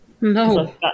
no